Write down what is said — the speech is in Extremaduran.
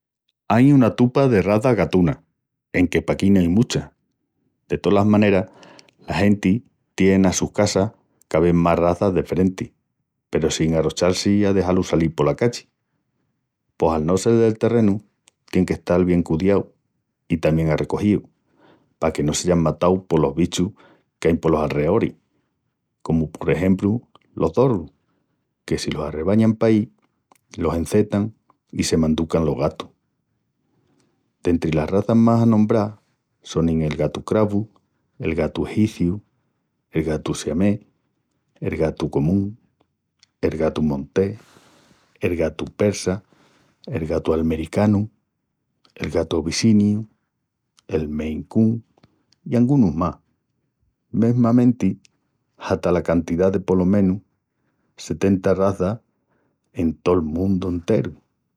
Ain una tupa de razas gatunas, enque paquí no ain muchas. De tolas maneras, la genti tié enas sus casas ca ves mas razas deferentis, peru sin arrochal-si a dexal-lus salil pola calli, pos al no sel del terrenu, tién qu'estal bien cudiaus i tamién arrecogíus, paque no seyan mataus polos bichus qu'ain polos alreoris, comu pol exempru los zorrus, que si los arrebañan paí, los encetan i se manducan los gatus. Dentri las razas mas anombrás sonin el gatu cravu, el gatu egiciu, el gatu siamés, el gatu común, el gatu montés, el gatu persa, el gatu almericanu, el gatu abissiniu, el maine coon i angunus mas, mesmamenti hata una cantidá de polo menus setenta razas en tol mundu enteru.